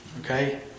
Okay